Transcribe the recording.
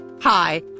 Hi